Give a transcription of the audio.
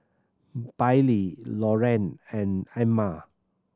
Bailee Loran and Amma